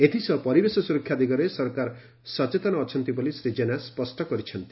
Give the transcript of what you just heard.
ଏଥିସହ ପରିବେଶ ସୁରକ୍ଷା ଦିଗରେ ସରକାର ସଚେତନ ଅଛନ୍ତି ବୋଲି ଶ୍ରୀ ଜେନା ସ୍ୱଷ୍ କରିଛନ୍ତି